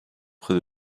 près